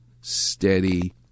steady